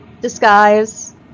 Disguise